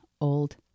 old